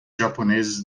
japoneses